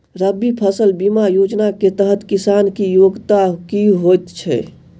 रबी फसल बीमा योजना केँ तहत किसान की योग्यता की होइ छै?